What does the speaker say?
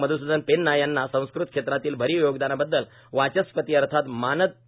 मध्सूदन पेन्ना यांना संस्कृत क्षेत्रातील भरीव योगदानाबददल वाचस्पती अर्थात मानद डी